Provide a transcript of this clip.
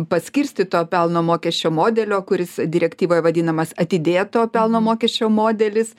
paskirstytojo pelno mokesčio modelio kuris direktyvoje vadinamas atidėto pelno mokesčio modelis